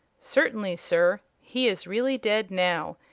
certainly, sir. he is really dead now,